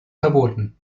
verboten